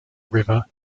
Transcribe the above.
river